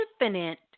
infinite